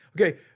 Okay